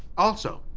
also,